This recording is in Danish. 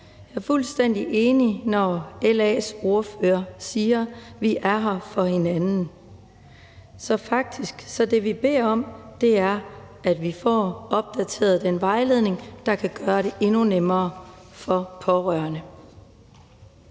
Jeg er fuldstændig enig, når LA's ordfører siger, at vi er her for hinanden. Så det, vi faktisk beder om, er at få opdateret den vejledning, der kan gøre det endnu nemmere for pårørende.